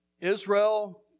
Israel